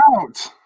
out